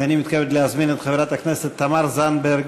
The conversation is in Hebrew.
אני מתכבד להזמין את חברת הכנסת תמר זנדברג.